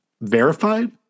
verified